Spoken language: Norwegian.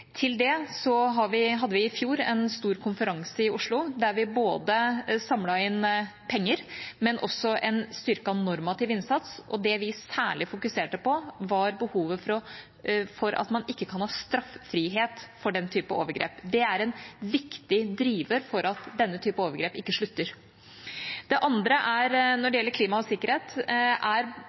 Til det hadde vi i fjor en stor konferanse i Oslo der vi samlet inn penger, men også hadde en styrket normativ innsats. Det vi særlig fokuserte på, var behovet for at man ikke kan ha straffrihet for den typen overgrep. Det er en viktig driver for at denne typen overgrep ikke slutter. Når det gjelder klima og sikkerhet, gjelder det å få det opp på dagsordenen i Sikkerhetsrådet. Det har vært vanskelig til nå, og det er